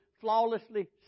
flawlessly